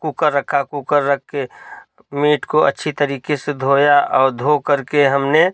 cooker रखा cooker रख कर मीट को अच्छी तरीके से धोया और धोकर के हमने